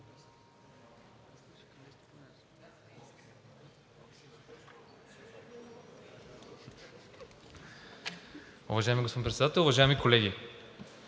Уважаеми господин Председател, уважаеми колеги!